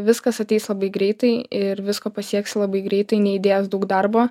viskas ateis labai greitai ir visko pasieksi labai greitai neįdėjęs daug darbo